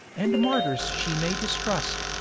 and martyrs she may distrust,